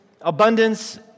abundance